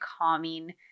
calming